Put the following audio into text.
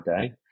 day